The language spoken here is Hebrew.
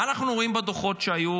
מה אנחנו אומרים בדוחות שהיו